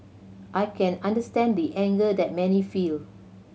I can understand the anger that many feel